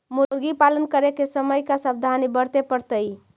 मुर्गी पालन करे के समय का सावधानी वर्तें पड़तई?